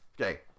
Okay